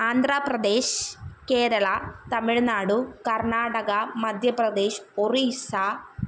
Andhra Pradesh Kerala Tamil Nadu Karnataka Madhya Pradesh Orissa